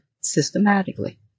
systematically